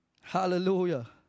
Hallelujah